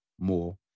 more